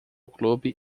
clube